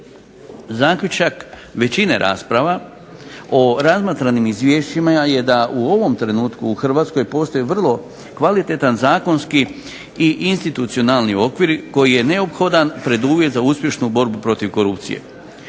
Zaključak većine rasprava o razmatranim izvješćima je da u ovom trenutku u Hrvatskoj postoji vrlo kvalitetan zakonski i institucionalni okvir koji je neophodan preduvjet za uspješnu borbu protiv korupcije.